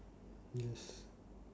yes